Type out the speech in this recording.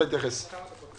בוקר טוב,